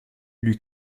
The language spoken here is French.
lui